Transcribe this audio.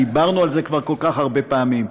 דיברנו על זה כבר כל כך הרבה פעמים,